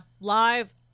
Live